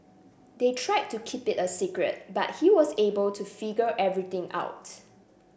they tried to keep it a secret but he was able to figure everything out